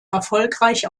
erfolgreich